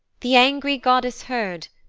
the angry goddess heard,